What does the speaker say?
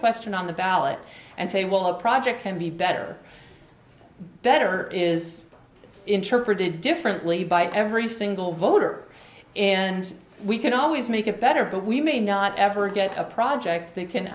question on the ballot and say well a project can be better better is interpreted differently by every single voter and we can always make it better but we may not ever get a project that can